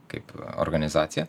kaip organizacija